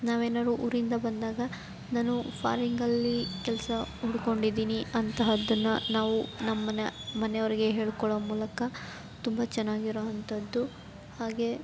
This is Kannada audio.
ನಾವೇನಾದ್ರೂ ಊರಿಂದ ಬಂದಾಗ ನಾನು ಫಾರಿಂಗಲ್ಲಿ ಕೆಲಸ ಹುಡ್ಕೊಂಡಿದ್ದೀನಿ ಅಂತಹದ್ದನ್ನು ನಾವು ನಮ್ಮನ್ನ ಮನೆಯವ್ರಿಗೆ ಹೇಳ್ಕೊಳ್ಳೋ ಮೂಲಕ ತುಂಬ ಚೆನ್ನಾಗಿರೋ ಅಂಥದ್ದು ಹಾಗೆ